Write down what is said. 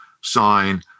sign